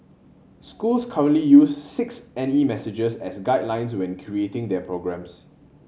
schools currently use six N E messages as guidelines when creating their programmes